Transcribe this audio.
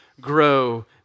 grow